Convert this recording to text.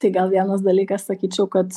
tai gal vienas dalykas sakyčiau kad